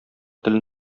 телен